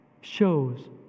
shows